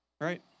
Right